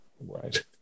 Right